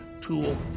tool